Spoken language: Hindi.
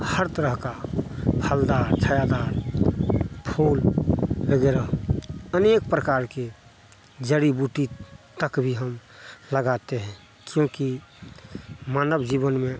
हर तरह का फलदार छायादार फूल वग़ैरह अनेक प्रकार के जड़ी बूटी तक भी हम लगाते हैं क्योंकि मानव जीवन में